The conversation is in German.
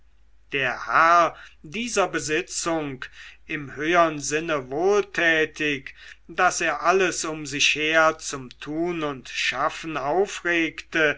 der herr dieser besitzung im höhern sinne wohltätig daß er alles um sich her zum tun und schaffen aufregte